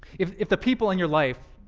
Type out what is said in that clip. if if the people in your life,